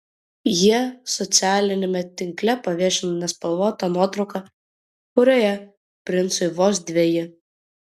jie socialiniame tinkle paviešino nespalvotą nuotrauką kurioje princui vos dveji